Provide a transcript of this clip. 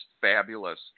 fabulous